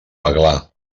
aglà